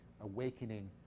awakening